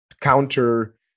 counter